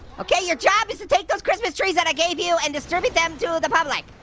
okay, your job is to take those christmas trees that i gave you and distribute them to the public.